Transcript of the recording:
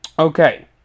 Okay